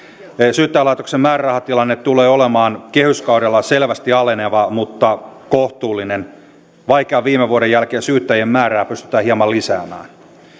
syyttäjälaitoksen määrärahatilanne tulee olemaan kehyskaudella selvästi aleneva mutta kohtuullinen vaikean viime vuoden jälkeen syyttäjien määrää pystytään hieman lisäämään